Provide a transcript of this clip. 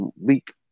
week